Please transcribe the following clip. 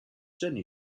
jenny